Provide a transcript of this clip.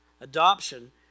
adoption